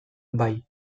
bai